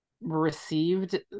received